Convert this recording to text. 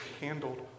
handled